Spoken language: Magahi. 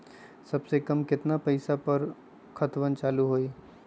सबसे कम केतना पईसा पर खतवन चालु होई?